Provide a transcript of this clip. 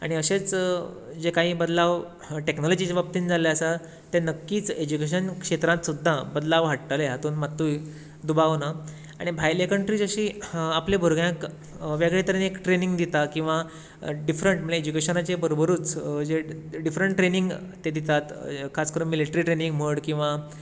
आनी अशेंच जे काही बदलाव टॅक्नोलॉजीच्या बाबतीन जाल्ले आसात तें नक्कीच ऍजूकेशन क्षेत्रांत सुद्दां बदलाव हाडटल्ले हातून मातूय दुबाव ना आनी भायली कंट्री जशी आपले भुरग्यांक एक वेगळेतरेन ट्रेनींग दिता किंवां डिफ्रंट ऍजूकेशनाच्या बरोबरूच जे डिफ्रंट ट्रेनींग दितात खास करून मिलिट्रि ट्रेनींग म्हण किंवां